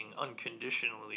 unconditionally